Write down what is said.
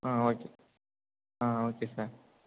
ஆ okay ஆ okay sir